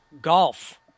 golf